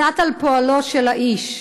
קצת על פועלו של האיש.